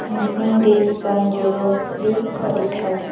ମିଟିଂରେ ସଂଯୋଗ ବି କରିଥାଉ